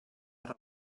ära